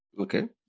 Okay